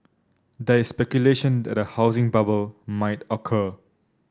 there is speculation that a housing bubble might occur